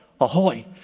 ahoy